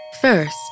First